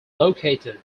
located